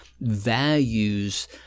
values